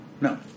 No